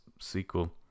sequel